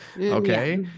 okay